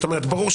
ברור,